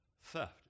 theft